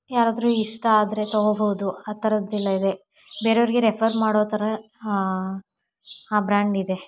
ಯಾರಾದರೂ ಇಷ್ಟ ಆದರೆ ತಗೋಬೋದು ಆ ಥರದ್ದೆಲ್ಲ ಇದೆ ಬೇರೆಯವ್ರಿಗೆ ರೆಫರ್ ಮಾಡೋ ಥರ ಆ ಬ್ರ್ಯಾಂಡ್ ಇದೆ